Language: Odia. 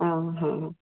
ହଁ ହଁ